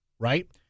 right